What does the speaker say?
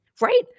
Right